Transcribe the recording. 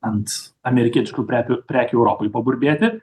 ant amerikietiškų prekių prekių europai paburbėti